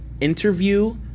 interview